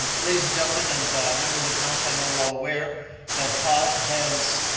ladies and gentlemen and members of council, i know we're all aware that todd has,